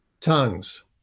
tongues